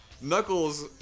Knuckles